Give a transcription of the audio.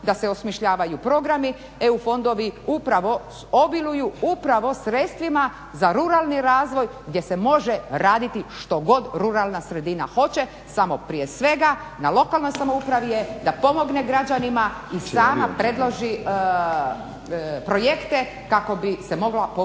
da se osmišljavaju programi, EU fondovi upravo obiluju upravo sredstvima za ruralni razvoj gdje se može raditi što god ruralna sredina hoće samo prije svega na lokalnoj samoupravi je da pomogne građanima i sama predloži projekte kako bi se mogla povući